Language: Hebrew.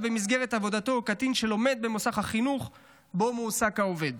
במסגרת עבודתו או קטין שלומד במוסד החינוך שבו מועסק העובד.